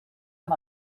amb